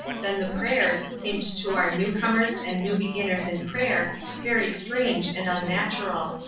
then the prayers seemed to our new-comers and new-beginners in prayer very strange and unnatural.